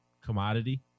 commodity